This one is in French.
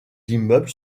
immeubles